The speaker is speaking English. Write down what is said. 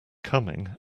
coming